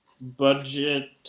Budget